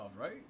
right